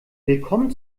willkommen